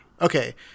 Okay